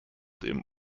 dem